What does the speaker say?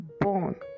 born